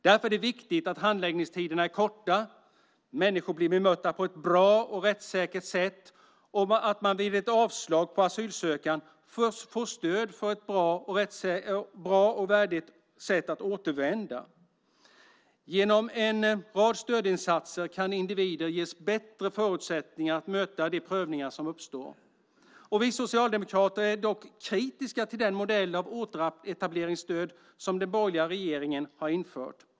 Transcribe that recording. Därför är det viktigt att handläggningstiderna är korta, att människor blir bemötta på ett bra och rättssäkert sätt och att man vid ett avslag på asylansökan får stöd för ett bra och värdigt sätt att återvända. Genom en rad stödinsatser kan individer ges bättre förutsättningar att möta de prövningar som uppstår. Vi socialdemokrater är dock kritiska till den modell av återetableringsstöd som den borgerliga regeringen har infört.